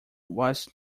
was